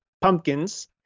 pumpkins